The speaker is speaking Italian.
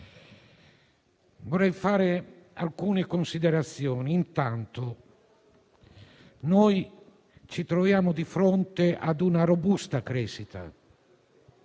Vorrei fare alcune considerazioni. Innanzitutto, ci troviamo di fronte ad una robusta crescita,